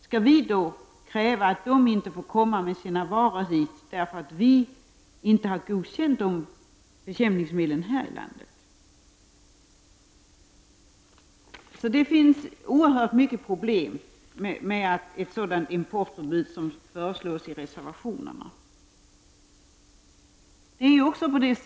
Skall vi då kräva att de inte får komma hit med sina varor, eftersom vi inte har godkänt dessa bekämpningsmedel här i Sverige? Det finns oerhört många problem med ett sådant importförbud som föreslås i reservationerna.